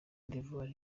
d’ivoire